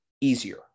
easier